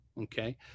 okay